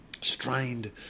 strained